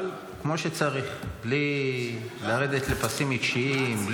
שצריך, כמו שצריך, בלי לרדת לפסים אישיים.